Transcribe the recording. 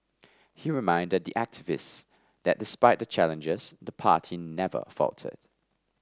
he reminded the activists that despite the challenges the party never faltered